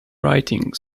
writing